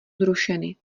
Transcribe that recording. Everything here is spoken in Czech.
zrušeny